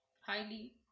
highly